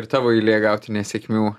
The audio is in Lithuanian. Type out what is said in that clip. tavo eilė gauti nesėkmių